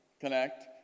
Connect